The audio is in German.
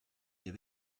der